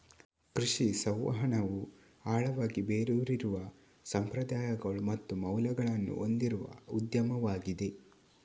ಕೃಷಿ ಸಂವಹನವು ಆಳವಾಗಿ ಬೇರೂರಿರುವ ಸಂಪ್ರದಾಯಗಳು ಮತ್ತು ಮೌಲ್ಯಗಳನ್ನು ಹೊಂದಿರುವ ಉದ್ಯಮವಾಗಿದೆ